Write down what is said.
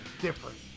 different